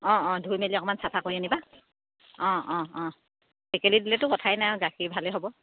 অঁ অঁ ধুই মেলি অকণমান চাফা কৰি আনিবা অঁ অঁ অঁ টেকেলি দিলেতো কথাই নাই আৰু গাখীৰ ভালেই হ'ব